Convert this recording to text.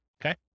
Okay